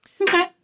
Okay